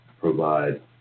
provide